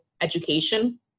education